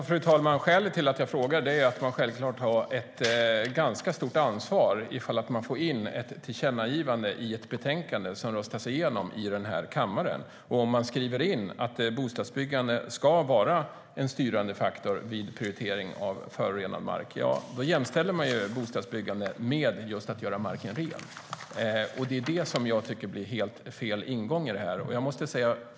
Fru talman! Skälet till att jag frågar är att det självklart finns ett stort ansvar om det kommer in ett tillkännagivande i ett betänkande som röstas igenom i kammaren. Om man skriver in att bostadsbyggande ska vara en styrande faktor vid prioritering av förorenad mark då jämställer man bostadsbyggande med just att göra marken ren. Det är det som jag tycker blir helt fel ingång.